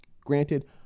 granted